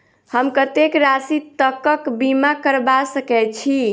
हम कत्तेक राशि तकक बीमा करबा सकै छी?